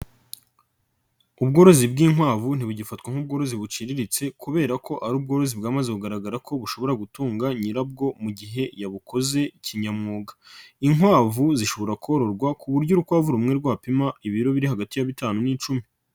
Ubworozi bw'inkwavu ntibugifatwa nk'ubworozi buciriritse kubera ko ari ubworozi bwamaze kugaragara ko bushobora gutunga nyirabwo mu gihe yabukoze kinyamwuga, inkwavu zishobora kororwa ku buryo urukwavu rumwe rwapima ibiro biri hagati ya bitanu n'icumi.